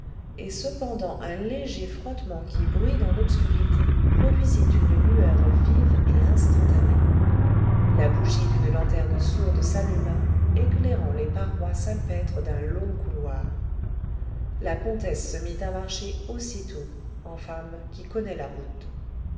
et cependant un léger frottement qui bruit dans l'obscurité produisit une lueur vive et instantanée la bougie d'une lanterne sourde s'alluma éclairant les parois salpêtres d'un long couloir la comtesse se mit à marcher aussitôt en femme qui connaît la route